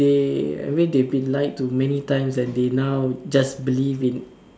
they I mean they have been lied to many times and they now just believe in